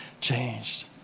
changed